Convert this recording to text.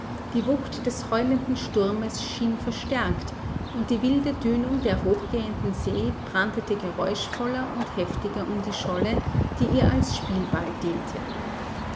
die wucht des heulenden sturmes schien verstärkt und die wilde dünung der hochgehenden see brandete geräuschvoller und heftiger um die scholle die ihr als spielball diente